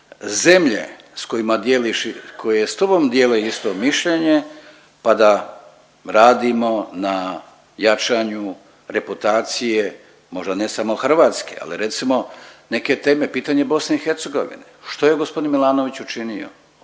i koje s tobom dijele isto mišljenje pa da radimo na jačanju reputacije možda ne samo Hrvatske ali recimo neke teme pitanje BiH što je gospodin Milanović učinio.